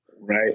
Right